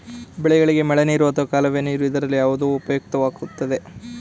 ಬೆಳೆಗಳಿಗೆ ಮಳೆನೀರು ಅಥವಾ ಕಾಲುವೆ ನೀರು ಇದರಲ್ಲಿ ಯಾವುದು ಉಪಯುಕ್ತವಾಗುತ್ತದೆ?